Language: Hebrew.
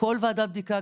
כל ועדת בדיקה,